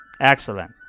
Excellent